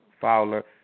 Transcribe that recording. fowler